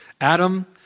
Adam